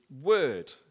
word